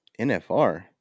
NFR